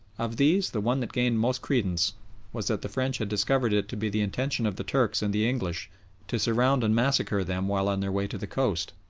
of these the one that gained most credence was that the french had discovered it to be the intention of the turks and the english to surround and massacre them while on their way to the coast.